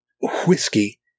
whiskey